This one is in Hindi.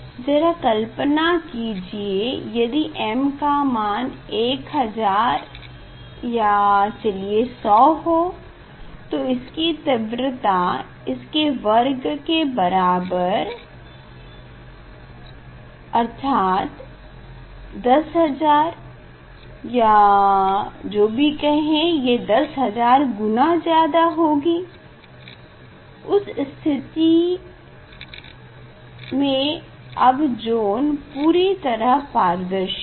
जरा कल्पना कीजिये यदि m का मान 1000 या 100 हो और तीव्रता इसके वर्ग के बराबर 10000 या जो भी हो ये 10000 गुना ज्यादा होगी उस स्थिति के जब ज़ोन पूरी तरह से पारदर्शी हो